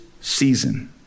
season